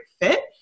fit